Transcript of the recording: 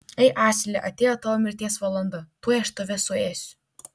ei asile atėjo tavo mirties valanda tuoj aš tave suėsiu